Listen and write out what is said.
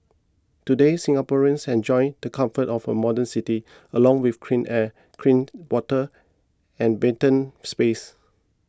today Singaporeans enjoy the comforts of a modern city along with clean air clean water and verdant spaces